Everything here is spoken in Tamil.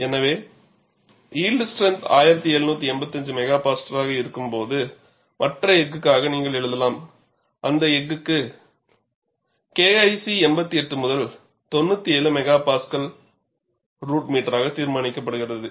எனவே யில்ட் ஸ்ட்ரெந்த் 1785 MPa ஆக இருக்கும்போது மற்ற எஃகுக்காக நீங்கள் எழுதலாம் அந்த எஃகுக்கு KIC 88 முதல் 97 MPa √m ஆக தீர்மானிக்கப்படுகிறது